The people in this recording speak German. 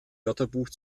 wörterbuch